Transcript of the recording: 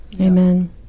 Amen